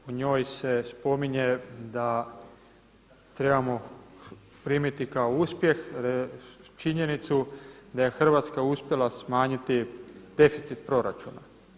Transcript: U njoj se spominje da trebamo primiti kao uspjeh činjenicu da je Hrvatska uspjela smanjiti deficit proračuna.